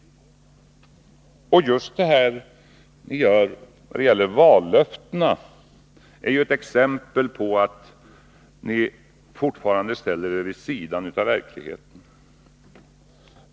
När det gäller just vallöftena så har vi ju exempel på att ni fortfarande ställer er vid sidan av verkligheten.